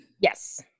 Yes